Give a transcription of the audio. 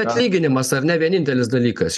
atlyginimas ar ne vienintelis dalykas